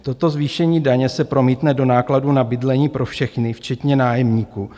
Toto zvýšení daně se promítne do nákladů na bydlení pro všechny, včetně nájemníků.